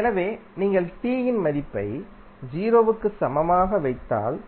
எனவே நீங்கள் t இன் மதிப்பை 0 க்கு சமமாக வைத்தால்